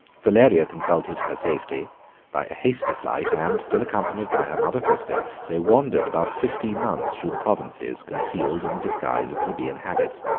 valeria consulted her safety by a hasty flight, and, still accompanied by her mother prisca, they wandered above fifteen months through the provinces, concealed in the disguise of plebeian habits.